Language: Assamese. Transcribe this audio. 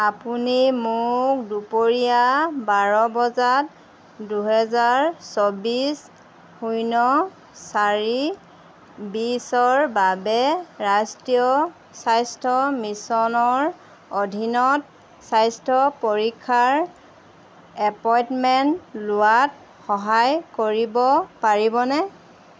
আপুনি মোক দুপৰীয়া বাৰ বজাত দুহেজাৰ চৌব্বিছ শূন্য চাৰি বিছৰ বাবে ৰাষ্ট্ৰীয় স্বাস্থ্য মিছনৰ অধীনত স্বাস্থ্য পৰীক্ষাৰ এপইণ্টমেণ্ট লোৱাত সহায় কৰিব পাৰিবনে